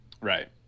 Right